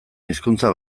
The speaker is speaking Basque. hizkuntza